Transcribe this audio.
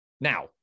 Now